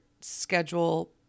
schedule